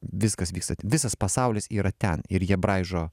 viskas vyksta visas pasaulis yra ten ir jie braižo